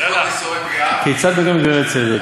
צדק?